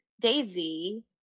Daisy